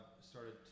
started